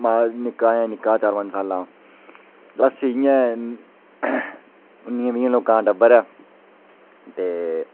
मेरे बी अग्गें दाे मुड़े न ते ओह् पढ़ा दे न इक दसमीं च ते इक निक्का अजें निक्का ऐ चार पंज साल्लें दा